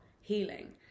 healing